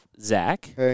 Zach